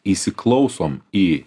įsiklausom į